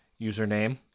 username